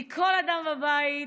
מכל אדם בבית,